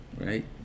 right